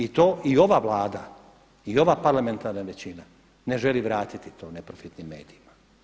I to i ova Vlada i ova parlamentarna većina ne želi vratiti to neprofitnim medijima.